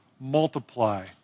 multiply